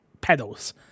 pedals